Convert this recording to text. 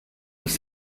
was